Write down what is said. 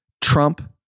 Trump